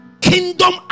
kingdom